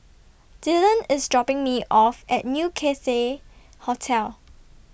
Dylan IS dropping Me off At New Cathay Hotel